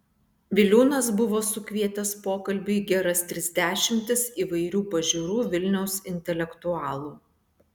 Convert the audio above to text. viliūnas buvo sukvietęs pokalbiui geras tris dešimtis įvairių pažiūrų vilniaus intelektualų